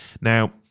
Now